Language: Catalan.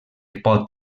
pot